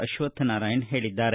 ಅಶ್ವಕ್ಷನಾರಾಯಣ ಹೇಳಿದ್ದಾರೆ